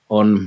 on